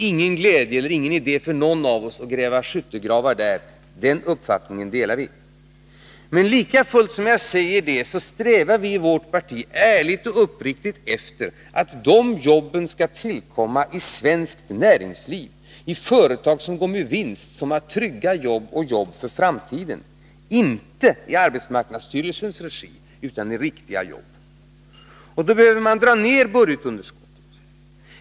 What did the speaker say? Det är ingen idé för någon av oss att gräva skyttegravar i det sammanhanget — den uppfattningen delar vi. Men lika väl som jag säger det så strävar vi i vårt parti ärligt och uppriktigt efter att jobben skall tillkomma i svenskt näringsliv, i företag som går med vinst, som har trygga jobb och jobb för framtiden — inte jobb i arbetsmarknadsstyrelsens regi, utan riktiga jobb. Då behöver man dra ned budgetunderskottet.